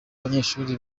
abanyeshuri